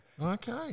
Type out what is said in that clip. Okay